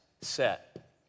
set